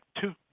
two